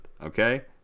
Okay